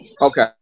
Okay